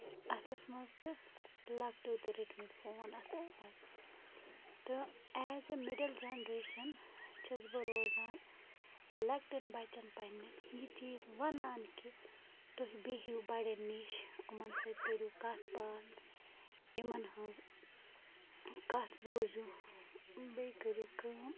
اَتھَس منٛز تہٕ لۄکٹیو تہِ رٔٹۍمٕتۍ فون اَتھَس منٛز تہٕ ایز اےٚ مِڈٕل جٮ۪نریشَن چھَس بہٕ روزان لۄکٹٮ۪ن بَچَن پنٛنٮ۪ن یہِ چیٖز وَنان کہِ تُہۍ بِہِو بَڑٮ۪ن نِش یِمَن سۭتۍ کٔرِو کَتھ باتھ یِمَن ہٕنٛز کَتھ بوٗزِو بیٚیہِ کٔرِو کٲم